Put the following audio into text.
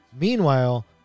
meanwhile